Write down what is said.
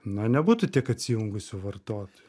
na nebūtų tiek atsijungusių vartotojų